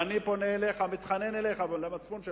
ואני פונה אליך, מתחנן אליך ולמצפון שלך,